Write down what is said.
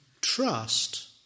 trust